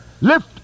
lift